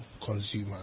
consumer